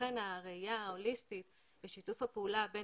ולכן הראיה ההוליסטית בשיתוף הפעולה בין